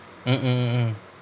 mmhmm